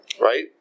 right